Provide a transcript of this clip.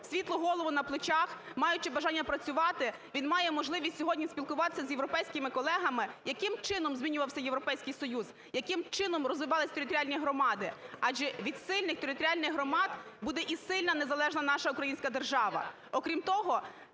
світлу голову на плечах, маючи бажання працювати, він має можливість сьогодні спілкуватися з європейськими колегами: яким чином змінювався Європейський Союз, яким чином розвивалися територіальні громади. Адже від сильних територіальних громад буде і сильна, незалежна наша українська держава.